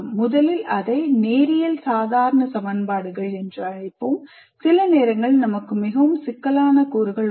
முதலில் இதை நேரியல் சாதாரண வேறுபாடு சமன்பாடுகள் என்று அழைப்போம் சில நேரங்களில் நமக்கு மிகவும் சிக்கலான கூறுகள் உள்ளன